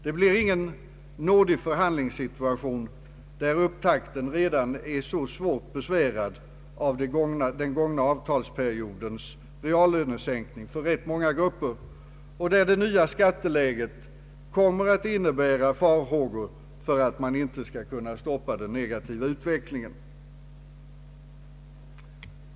Det blir ingen nådig förhandlingssituation när upptakten redan är svårt besvärad av att den gångna avtalsperioden medfört en reallönesänkning för rätt många grupper och när det nya skatteläget innebär farhågor för att man inte skall kånna stoppa den negativa utvecklingen.